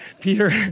Peter